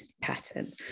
pattern